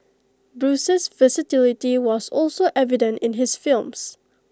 Bruce's versatility was also evident in his films